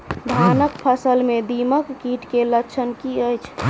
धानक फसल मे दीमक कीट केँ लक्षण की अछि?